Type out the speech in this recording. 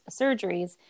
surgeries